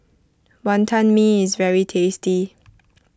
Wonton Mee is very tasty